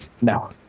no